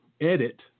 edit